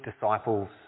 disciples